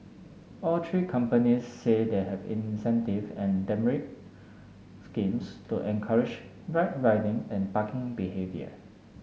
all three companies say they have incentive and demerit schemes to encourage right riding and parking behaviour